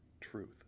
truth